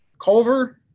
Culver